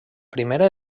primera